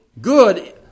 good